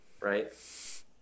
Right